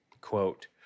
Quote